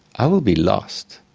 i will be lost,